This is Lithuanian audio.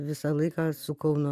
visą laiką su kaunu